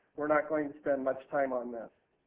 weire not going to spend much time on that.